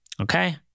Okay